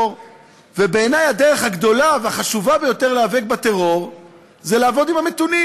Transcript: ובעיני הדרך הגדולה והחשובה ביותר להיאבק בטרור זה לעבוד עם המתונים,